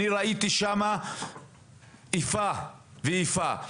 אני ראיתי שם איפה ואיפה.